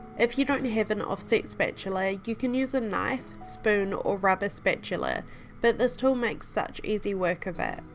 if you don't have an offset spatula you can use a knife, spoon or rubber spatula but this tool makes such easy work of it.